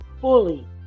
fully